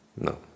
No